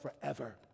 forever